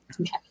okay